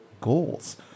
goals